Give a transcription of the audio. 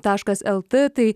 taškas lt tai